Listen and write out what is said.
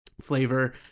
flavor